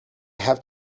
have